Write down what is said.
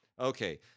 Okay